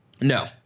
No